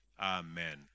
Amen